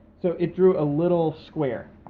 so it drew a little square.